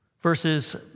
verses